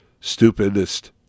stupidest